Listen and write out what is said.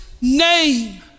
name